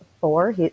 four